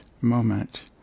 moment